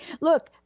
Look